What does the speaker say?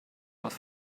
aus